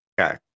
Okay